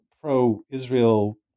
pro-Israel